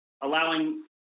allowing